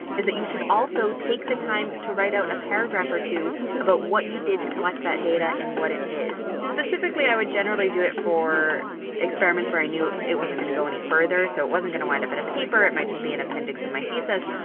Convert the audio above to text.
is that you should also take the time to write out a paragraph or two about what you did to collect that data and what it is. specifically, i would generally do it for experiments where i knew it wasn't going to go any further. so it wasn't going to wind up in a paper. it might just be an appendix of my thesis.